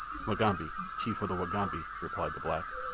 mugambi, chief of the wagambi, replied the black.